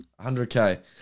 100k